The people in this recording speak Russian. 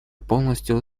полностью